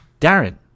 darren